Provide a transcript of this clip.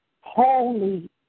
holy